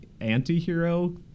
anti-hero